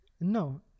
No